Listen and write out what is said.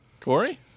Corey